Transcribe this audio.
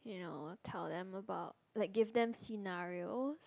you know tell them about like give them scenarios